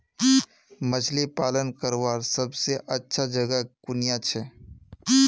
मछली पालन करवार सबसे अच्छा जगह कुनियाँ छे?